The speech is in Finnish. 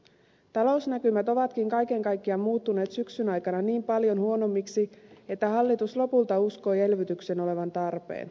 talousnäkymät ovatkin kaiken kaikkiaan muuttuneet syksyn aikana niin paljon huonommiksi että hallitus lopulta uskoi elvytyksen olevan tarpeen